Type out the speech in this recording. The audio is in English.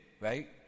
right